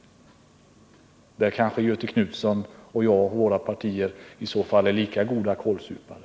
Där kanske Göthe Knutson och jag och våra resp. partier i så fall är lika goda kålsupare.